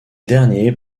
derniers